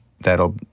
that'll